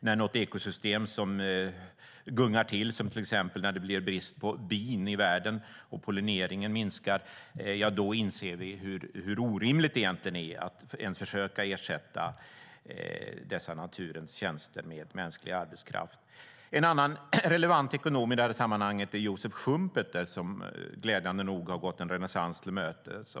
När något ekosystem gungar till, till exempel när det blir brist på bin i världen och pollineringen minskar, inser vi hur orimligt det egentligen är att ens försöka ersätta dessa naturens tjänster med mänsklig arbetskraft. En annan relevant ekonom i sammanhanget är Joseph Schumpeter vars idéer glädjande nog har gått en renässans till mötes.